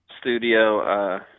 studio